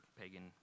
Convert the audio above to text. pagan